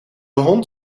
hond